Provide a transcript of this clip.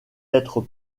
être